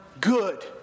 good